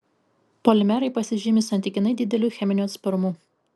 polimerai pasižymi santykinai dideliu cheminiu atsparumu